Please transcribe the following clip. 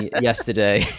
yesterday